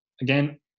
Again